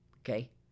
Okay